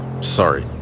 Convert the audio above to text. sorry